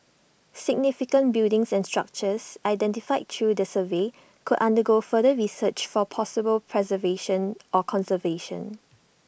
significant buildings and structures identified through the survey could undergo further research for possible preservation or conservation